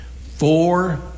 four